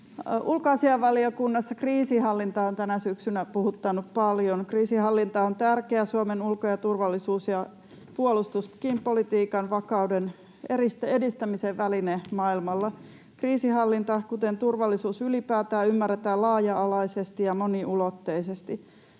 ulkoasiainvaliokunnassa kriisinhallinta on tänä syksynä puhuttanut paljon. Kriisinhallinta on tärkeä Suomen ulko- ja turvallisuus- ja puolustuspolitiikankin vakauden edistämisen väline maailmalla. Kriisinhallinta, kuten turvallisuus ylipäätään, ymmärretään laaja-alaisesti ja moniulotteisesti.